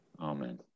Amen